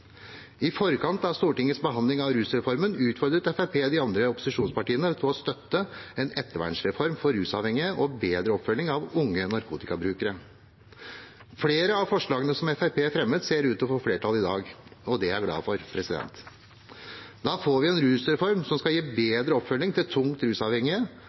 I forkant av Stortingets behandling av rusreformen utfordret Fremskrittspartiet de andre opposisjonspartiene på å støtte en ettervernsreform for rusavhengige og bedre oppfølging av unge narkotikabrukere. Flere av forslagene som Fremskrittspartiet fremmet, ser ut til å få flertall i dag, og det er jeg glad for. Da får vi en rusreform som skal gi bedre oppfølging til tungt rusavhengige.